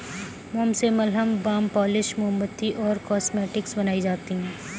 मोम से मलहम, बाम, पॉलिश, मोमबत्ती और कॉस्मेटिक्स बनाई जाती है